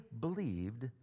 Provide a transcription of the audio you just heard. believed